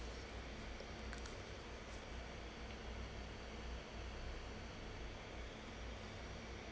ya